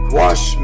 wash